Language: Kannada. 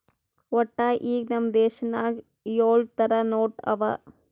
ವಟ್ಟ ಈಗ್ ನಮ್ ದೇಶನಾಗ್ ಯೊಳ್ ಥರ ನೋಟ್ ಅವಾ